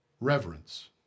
Reverence